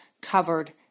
covered